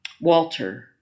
Walter